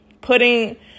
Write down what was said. putting